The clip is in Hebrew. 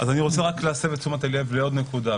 אז אני רוצה רק להסב את תשומת הלב לעוד נקודה.